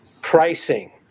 pricing